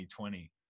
2020